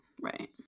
right